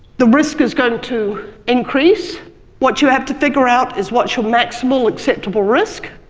the risk is going to increase what you have to figure out is what's your maximal acceptable risk,